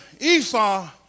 Esau